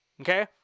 okay